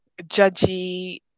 judgy